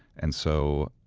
and so